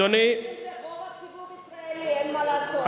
מעט זה רוב הציבור הישראלי, אין מה לעשות.